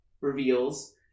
reveals